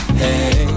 hey